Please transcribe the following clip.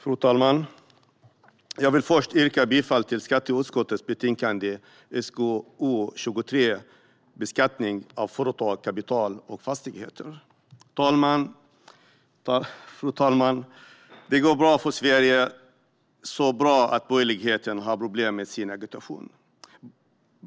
Fru talman! Jag vill först yrka bifall till skatteutskottets förslag i betänkande SkU23 Beskattning av företag, kapital och fastighet . Fru talman! Det går bra för Sverige, så bra att borgerligheten har problem med sin agitation.